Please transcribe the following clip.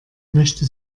möchte